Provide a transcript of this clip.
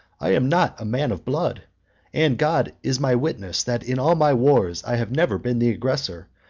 i am not a man of blood and god is my witness, that in all my wars i have never been the aggressor,